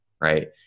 right